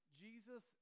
Jesus